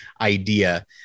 idea